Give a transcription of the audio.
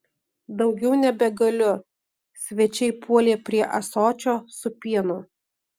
daugiau nebegaliu svečiai puolė prie ąsočio su pienu